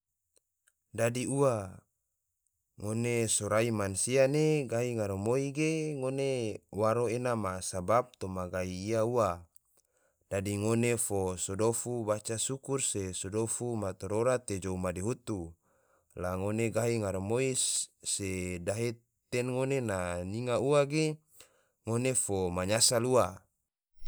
Dadi ua, ngoe sorai mansia ne gahi garamoi ge, ngone waro ena ma sabab toma gai ia ua, dadi ngone fo so dofu baca syukur se so dofu ma torora te jou madihutu, la ngone gahi garamoi se dahe te ngone na nyinga ua ge, ngone fo manyasal ua.